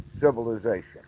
civilization